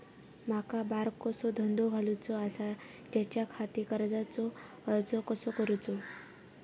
माका बारकोसो धंदो घालुचो आसा त्याच्याखाती कर्जाचो अर्ज कसो करूचो?